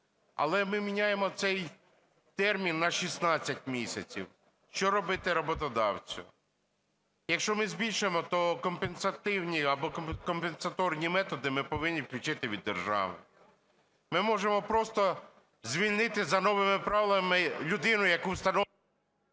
але ми міняємо цей термін на 16 місяців. Що робити роботодавцю? Якщо ми збільшуємо, то компенсативні або компенсаторні методи ми повинні включити від держави. Ми можемо просто звільнити за новими правилами людину, яку...